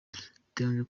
biteganyijwe